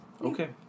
Okay